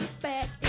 back